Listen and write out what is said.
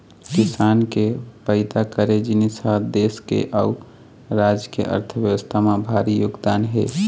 किसान के पइदा करे जिनिस ह देस के अउ राज के अर्थबेवस्था म भारी योगदान हे